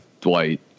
Dwight